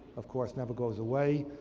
of course, never goes away.